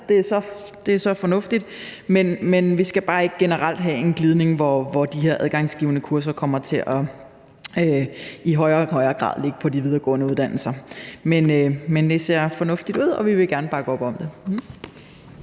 det er så fornuftigt – men vi skal bare ikke generelt have en glidning mod, at de her adgangsgivende kurser kommer til i højere og højere grad at ligge på de videregående uddannelser. Men det ser fornuftigt ud, og vi vil gerne bakke op om det.